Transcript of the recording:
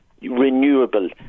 renewable